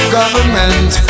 government